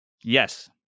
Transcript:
Yes